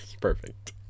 perfect